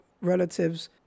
relatives